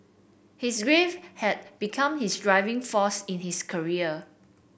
his grief had become his driving force in his career